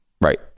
Right